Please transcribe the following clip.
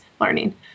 learning